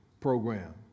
program